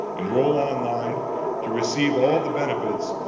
enroll online to receive all the benefits,